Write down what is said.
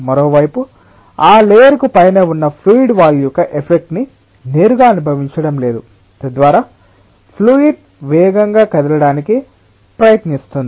మరోవైపు ఆ లేయర్ కు పైన ఉన్న ఫ్లూయిడ్ వాల్ యొక్క ఎఫెక్ట్ ని నేరుగా అనుభవించడం లేదు తద్వారా ఫ్లూయిడ్ వేగంగా కదలడానికి ప్రయత్నిస్తుంది